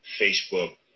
Facebook